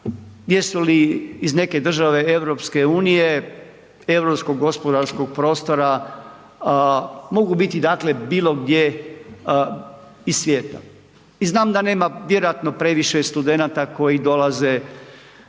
jesu li iz neke države EU, europskog gospodarskog prostora, mogu biti dakle bilo gdje iz svijeta. I znam da nema vjerojatno previše studenata koji dolaze